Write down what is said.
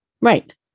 Right